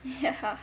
ya